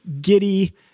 giddy